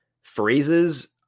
phrases